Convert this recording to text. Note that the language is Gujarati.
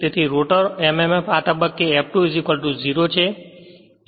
તેથી રોટર mmf આ તબક્કે F2 0 છે